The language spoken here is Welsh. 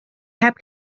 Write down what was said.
heb